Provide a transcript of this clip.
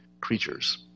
creatures